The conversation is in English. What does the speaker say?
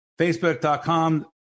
facebook.com